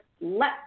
let